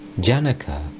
Janaka